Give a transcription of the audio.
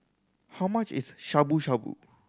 how much is Shabu Shabu